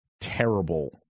terrible –